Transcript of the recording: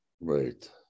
right